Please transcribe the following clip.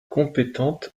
compétente